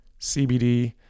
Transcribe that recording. CBD